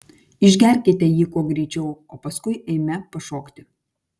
išgerkite jį kuo greičiau o paskui eime pašokti